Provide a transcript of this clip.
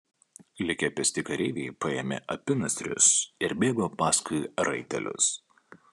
likę pėsti kareiviai paėmė apynasrius ir bėgo paskui raitelius